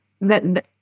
that-